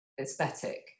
aesthetic